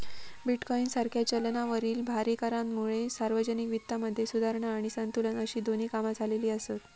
bitcoin सारख्या चलनावरील भारी करांमुळे सार्वजनिक वित्तामध्ये सुधारणा आणि संतुलन अशी दोन्ही कामा झालेली आसत